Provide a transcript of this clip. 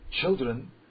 children